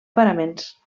paraments